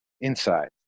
inside